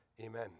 Amen